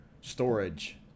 storage